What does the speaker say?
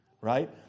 right